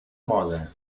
moda